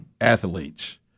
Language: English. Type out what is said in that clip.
athletes